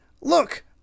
Look